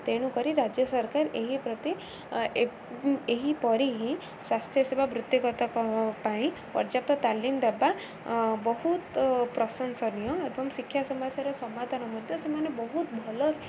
ତେଣୁକରି ରାଜ୍ୟ ସରକାର ଏହି ପ୍ରତି ଏହିପରି ହିଁ ସ୍ୱାସ୍ଥ୍ୟ ସେବା ବୃତ୍ତିଗତ ପାଇଁ ପର୍ଯ୍ୟାପ୍ତ ତାଲିମ ଦେବା ବହୁତ ପ୍ରଶଂସନୀୟ ଏବଂ ଶିକ୍ଷା ସମସ୍ୟାର ସମାଧାନ ମଧ୍ୟ ସେମାନେ ବହୁତ ଭଲ